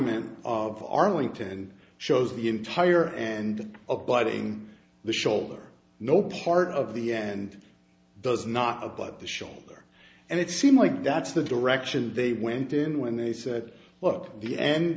man of arlington shows the entire end up biting the shoulder no part of the end does not about the shoulder and it seem like that's the direction they went in when they said look at the end